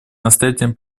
настоятельно